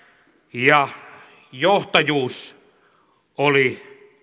ja johtajuus oli